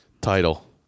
Title